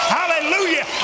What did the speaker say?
hallelujah